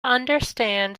understand